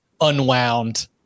unwound